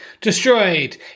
destroyed